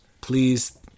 please